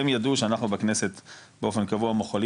הם ידעו שאנחנו בכנסת באופן קבוע מוחלים